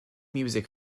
music